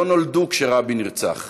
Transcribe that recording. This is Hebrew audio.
לא נולדו כשרבין נרצח